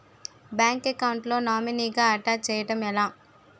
Bank account లో నామినీగా attach చేయడం ఎలా?